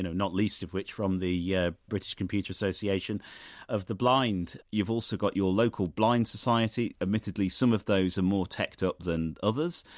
not least of which from the yeah british computer association of the blind, you've also got your local blind society, admittedly some of those are more teched up than others.